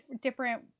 different